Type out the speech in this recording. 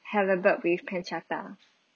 halibut with pancetta